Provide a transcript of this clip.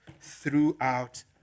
throughout